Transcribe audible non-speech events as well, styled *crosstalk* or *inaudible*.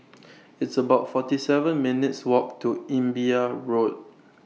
*noise* It's about forty seven minutes' Walk to Imbiah Road